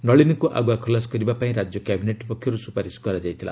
ନଳିନୀକୁ ଆଗୁଆ ଖଲାସ କରିବା ପାଇଁ ରାଜ୍ୟ କ୍ୟାବିନେଟ୍ ପକ୍ଷର୍ ସ୍ରପାରିଶ କରାଯାଇଥିଲା